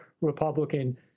Republican